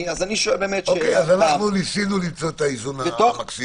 אני שואל שאלת תם --- אנחנו ניסינו למצוא את האיזון המקסימלי.